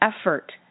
effort